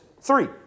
three